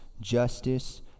justice